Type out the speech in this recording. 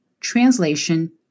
translation